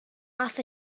off